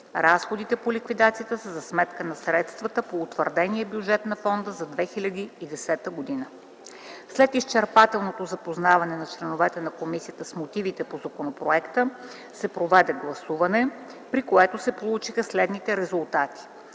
Разходите по ликвидацията са за сметка на средствата по утвърдения бюджет на Фонда за 2010 г. След изчерпателното запознаване на членовете на комисията с мотивите по законопроекта се проведе гласуване, при което се получиха следните резултати: